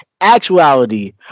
actuality